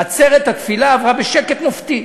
עצרת התפילה עברה בשקט מופתי.